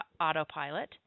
autopilot